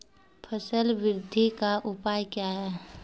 फसल बृद्धि का उपाय क्या हैं?